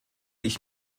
ich